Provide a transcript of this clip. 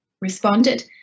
responded